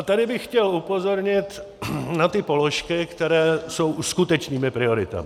Tady bych chtěl upozornit na položky, které jsou skutečnými prioritami.